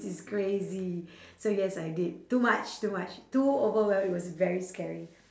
is crazy so yes I did too much too much too overwhelming it was very scary